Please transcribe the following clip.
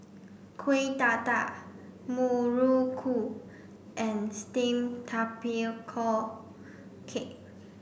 Kuih Dadar Muruku and steamed tapioca cake